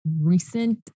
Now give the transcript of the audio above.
recent